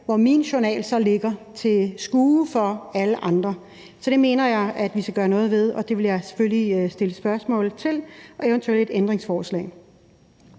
hvor min journal så ligger til skue for alle andre. Så det mener jeg vi skal gøre noget ved, og det vil jeg selvfølgelig stille spørgsmål om, og eventuelt et ændringsforslag.